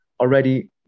already